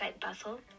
Bustle